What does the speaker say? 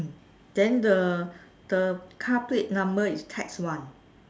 then the the car plate number is tax one